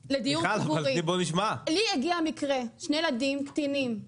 הגיע אליי מקרה של שני ילדים קטינים,